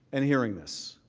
and hearing this.